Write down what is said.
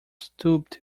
stooped